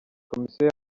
komisiyo